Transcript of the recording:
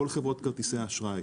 כל חברות כרטיסי האשראי,